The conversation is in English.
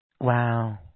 Wow